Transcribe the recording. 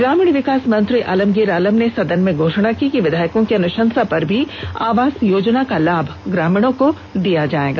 ग्रामीण विकास मंत्री आलमगीर आलम ने सदन में घोषणा की कि विधायकों की अनुशंसा पर भी आवास योजना का लाभ ग्रामीणों को दिया जाएगा